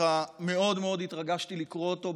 מאוד מאוד התרגשתי לקרוא אותו,